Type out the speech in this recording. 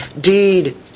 deed